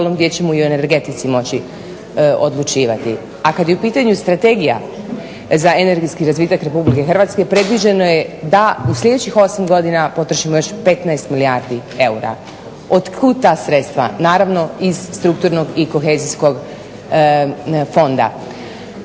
gdje ćemo i o energetici moći odlučivati, a kada je u pitanju strategija za energetski razvitak Republike Hrvatske predviđeno je da u sljedećih 8 godina potrošilo još 15 milijardi eura. Od kuda ta sredstva? naravno iz strukturnog i kohezijskog fonda.